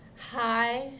Hi